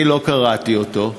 אני לא קראתי אותו,